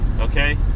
okay